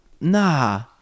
Nah